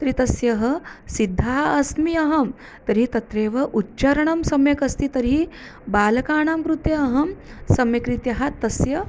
तर्हि तस्य सिद्धाः अस्मि अहं तर्हि तत्रेव उच्चरणं सम्यक् अस्ति तर्हि बालकानां कृते अहं सम्यक्रीत्या तस्य